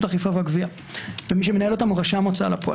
האכיפה והגבייה ומי שמנהל אותם זה רשם ההוצאה לפועל.